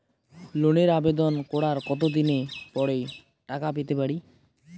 লোনের আবেদন করার কত দিন পরে টাকা পেতে পারি?